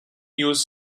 use